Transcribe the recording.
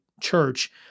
Church